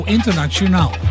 Internationaal